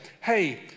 Hey